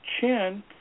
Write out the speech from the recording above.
chin